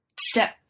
step